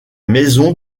maisons